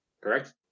Correct